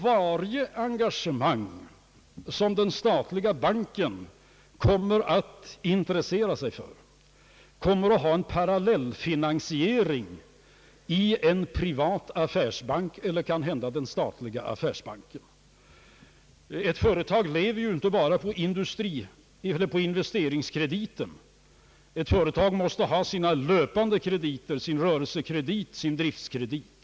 Varje engagemang som den statliga banken intresserar sig för kommer att ha en parallellfinansiering i en privat affärsbank, eller kanske i den statliga affärsbanken. Ett företag måste inte bara ha investeringskrediter utan även löpande krediter, sin rörelsekredit och sin driftskredit.